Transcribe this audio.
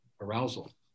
arousal